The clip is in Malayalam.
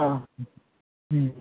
ആ മ്മ്